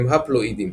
הם הפלואידיים.